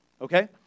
okay